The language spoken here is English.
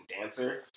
dancer